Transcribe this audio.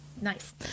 nice